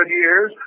years